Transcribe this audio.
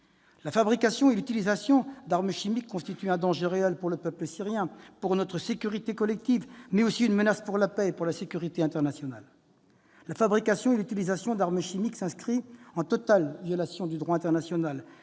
La fabrication et l'utilisation d'armes chimiques constituent un danger réel pour le peuple syrien et pour notre sécurité collective, mais aussi une menace pour la paix et la sécurité internationale. La fabrication et l'utilisation d'armes chimiques s'inscrivent en totale violation du droit international,